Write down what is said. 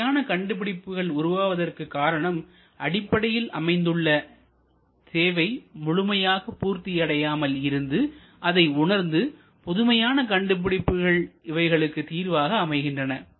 புதுமையான கண்டுபிடிப்புகள் உருவாவதற்கு காரணம் அடிப்படையில் அமைந்துள்ள தேவை முழுமையாக பூர்த்தி அடையாமல் இருந்து அதை உணர்ந்து புதுமையான கண்டுபிடிப்புகள் இவைகளுக்கு தீர்வாக அமைகின்றன